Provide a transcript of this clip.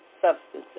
substances